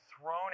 thrown